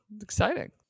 exciting